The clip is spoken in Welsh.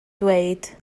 dweud